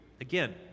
Again